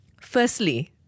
Firstly